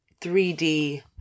3D